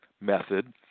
method